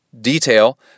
detail